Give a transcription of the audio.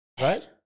Right